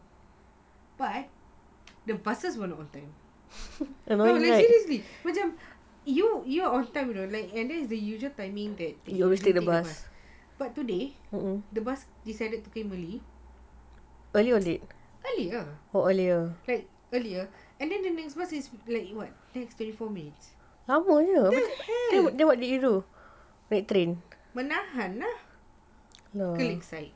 but the buses will take a long time I mean seriously macam you on time it's the usual timing that I always take the bus but today oh the bus decided to came early earlier like earlier and then the next bus is like what takes twenty four minutes the hell menahan lah